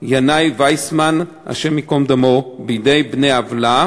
ינאי ויסמן, השם ייקום דמו, בידי בני עוולה,